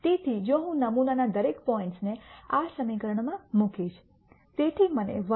તેથી જો હું નમૂનાનાં દરેક પોઈન્ટ્સ ને આ સમીકરણમાં મૂકીશ